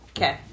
Okay